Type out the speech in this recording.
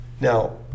Now